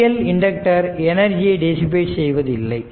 ideal inductor எனர்ஜியை dissipate dissipate செய்வதில்லை